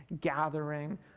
gathering